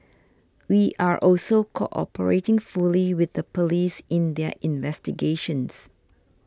we are also cooperating fully with the police in their investigations